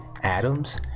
Adams